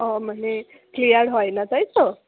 ও মানে ক্লিয়ার হয় না তাই তো